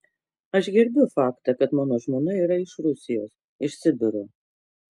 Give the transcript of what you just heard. aš gerbiu faktą kad mano žmona yra iš rusijos iš sibiro